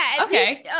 Okay